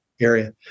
area